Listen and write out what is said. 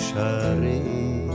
Shari